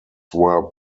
were